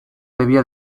debía